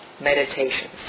meditations